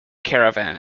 caravan